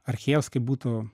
archėjos kaip būtų